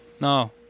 No